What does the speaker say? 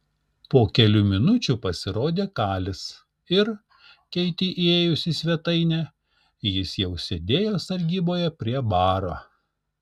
po kelių minučių pasirodė kalis ir keitei įėjus į svetainę jis jau sėdėjo sargyboje prie baro